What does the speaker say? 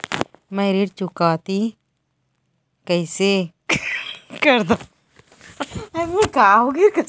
मैं ऋण चुकौती कइसे कर सकथव?